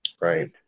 Right